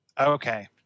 Okay